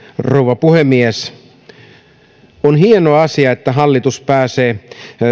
rouva puhemies on hieno asia että hallitus pääsee